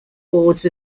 boards